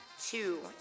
two